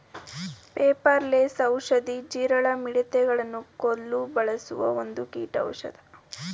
ಪೆಪಾರ ಲೆಸ್ ಔಷಧಿ, ಜೀರಳ, ಮಿಡತೆ ಗಳನ್ನು ಕೊಲ್ಲು ಬಳಸುವ ಒಂದು ಕೀಟೌಷದ